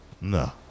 No